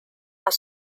are